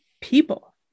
people